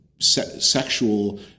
sexual